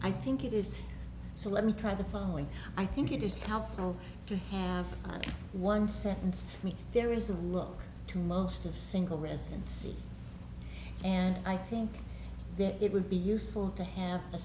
i think it is so let me try the following i think it is helpful to have one sentence me there is a lot to most of single resistance and i think that it would be useful to have a